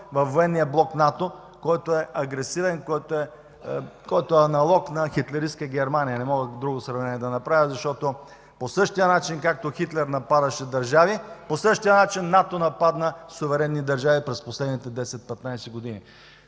във военния блок НАТО, който е агресивен, който е аналог на хитлеристка Германия. Не мога да направя друго сравнение, защото по същия начин, както Хитлер нападаше държави, по същия начин НАТО напада суверенни държави през последните